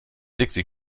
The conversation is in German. dixi